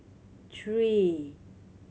three